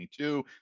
2022